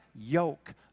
yoke